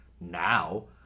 now